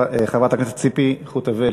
חברת הכנסת ציפי חוטובלי.